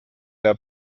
der